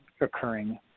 occurring